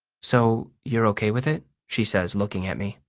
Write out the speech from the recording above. so you're okay with it? she says, looking at me.